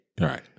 Right